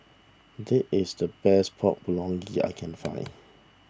this is the best Pork Bulgogi I can find